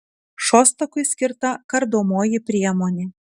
šostakui skirta kardomoji priemonė